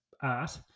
art